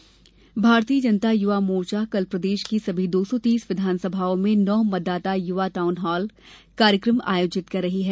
town hall Bharatiya Janata Yuva Morcha कल से प्रदेश की सभी दो सौ तीस विधानसभा क्षेत्रों में नव मतदाता युवा टाउन हाल कार्यक्रम आयोजित कर रहा है